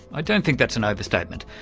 i don't think that's an overstatement,